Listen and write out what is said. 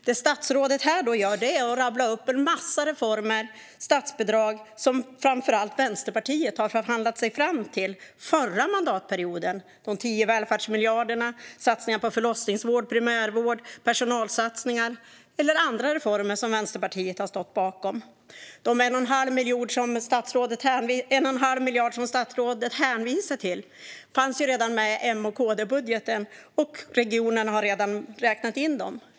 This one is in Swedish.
Vad statsrådet här gör är att rabbla upp en massa reformer och statsbidrag som framför allt Vänsterpartiet har förhandlat sig fram till förra mandatperioden, de 10 välfärdsmiljarderna, satsningar på förlossningsvård, primärvård, personalsatsningar och andra reformer som Vänsterpartiet har stått bakom. Den 1 1⁄2 miljard som statsrådet hänvisar till fanns ju med redan i M och KD-budgeten, och regionerna har redan räknat in dem.